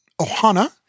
Ohana